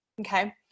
Okay